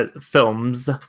films